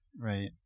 right